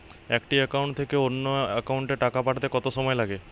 একটি একাউন্ট থেকে অন্য একাউন্টে টাকা পাঠাতে কত সময় লাগে?